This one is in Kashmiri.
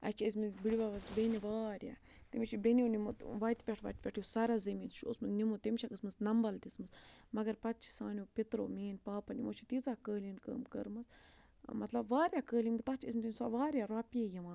اَسہِ چھِ ٲسۍمٕتۍ بٕڈِ بَبَس بیٚنہِ واریاہ تٔمِس چھِ بیٚنیو نِمُت وَتہِ پٮ۪ٹھ وَتہِ پٮ۪ٹھ یُس سَرا زٔمیٖن چھُ اوسمُت نِمُت تٔمۍ چھکھ ٲسۍمٕژ نمبَل دِژمٕژ مگر پَتہٕ چھِ سانیو پیٚترو میٛٲنۍ پاپَن یِمو چھِ تیٖژاہ قٲلیٖن کٲم کٔرمٕژ مطلب واریاہ قٲلیٖن تَتھ چھِ ٲسۍمٕتۍ سۄ واریاہ رۄپیہِ یِوان